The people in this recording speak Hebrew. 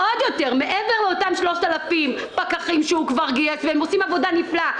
מעבר ל-3,000 הפקחים שכבר גייס ועושים עבודה נפלאה.